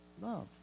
Love